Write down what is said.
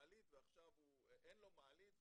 שאין לו מעלית.